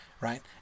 right